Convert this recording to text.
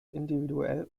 individuell